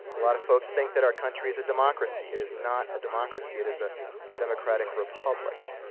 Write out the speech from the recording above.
a lot of folks think that our country is a democracy. it is not a democracy, it is a democratic republic.